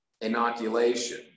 inoculation